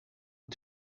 het